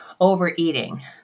overeating